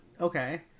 okay